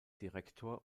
direktor